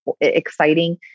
exciting